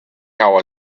how